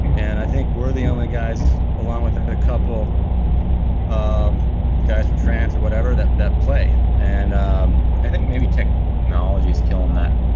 and i think we're the only guys along with a couple um guys from france or whatever that that play. and um i think maybe tech knowledge is killing that.